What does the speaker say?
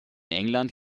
england